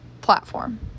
platform